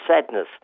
sadness